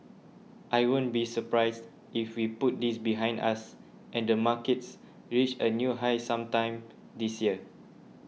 I won't be surprised if we put this behind us and the markets reach a new high sometime this year